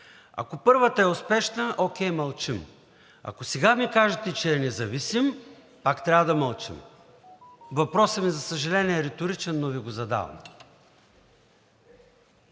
Ако първата е успешна – окей, мълчим. Ако сега ми кажете, че е независим, пак трябва да мълчим. Въпросът ми, за съжаление, е реторичен, но Ви го задавам.